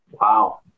wow